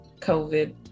COVID